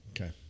Okay